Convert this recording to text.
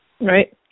Right